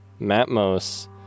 Matmos